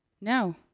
no